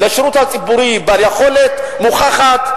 בעלי יכולת מוכחת,